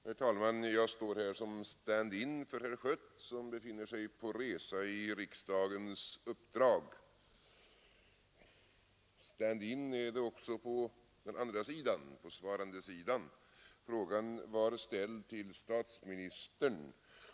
Herr talman! Jag står här som stand in för herr Schött, som befinner sig på resa i riksdagens uppdrag. Stand in har man också på svarandesidan, eftersom frågan var ställd till statsministern.